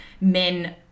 men